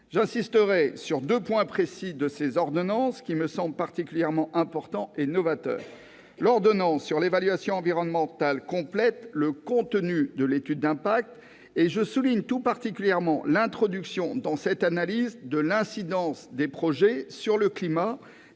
J'insisterai sur deux points précis de ces ordonnances qui me semblent particulièrement importants et novateurs. L'ordonnance sur l'évaluation environnementale complète le contenu de l'étude d'impact, et je souligne tout particulièrement l'introduction dans cette analyse de l'incidence du projet sur le climat